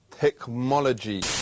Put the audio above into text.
technology